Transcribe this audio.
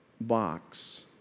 box